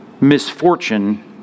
misfortune